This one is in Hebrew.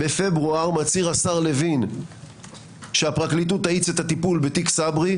בפברואר מצהיר השר לוין שהפרקליטות תאיץ את הטיפול בתיק סברי.